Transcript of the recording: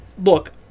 look